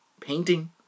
Painting